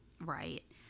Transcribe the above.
Right